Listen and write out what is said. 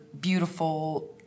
beautiful